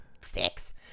six